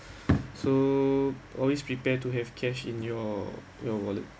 so always prepare to have cash in your your wallet